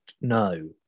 no